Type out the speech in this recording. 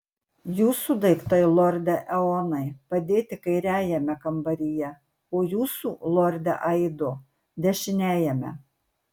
jūsų daiktai lorde eonai padėti kairiajame kambaryje o jūsų lorde aido dešiniajame